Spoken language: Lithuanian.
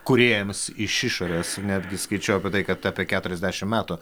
kūrėjams iš išorės netgi skaičiau apie tai kad apie keturiasdešim metų